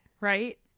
Right